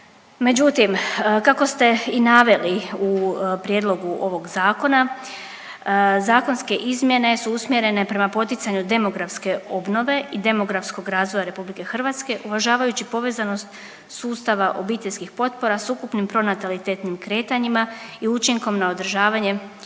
Međutim, kako ste i naveli u prijedlogu ovog zakona zakonske izmjene su usmjerene prema poticanju demografske obnove i demografskog razvoja Republike Hrvatske. Uvažavajući povezanost sustava obiteljskih potpora sa ukupnim pronatalitetnim kretanjima i učinkom na održavanje